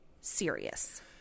Serious